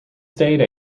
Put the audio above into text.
state